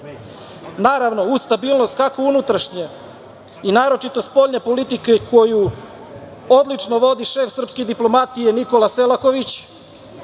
izbore. Naravno, uz stabilnost kako unutrašnje i naročito spoljne politike, koju odlično vodi šef srpske diplomatije Nikola Selaković,